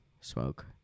smoke